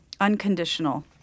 unconditional